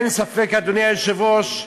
אין ספק, אדוני היושב-ראש,